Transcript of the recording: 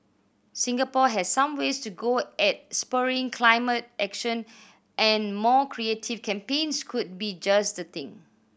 Singapore has some ways to go at spurring climate action and more creative campaigns could be just the thing